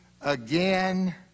again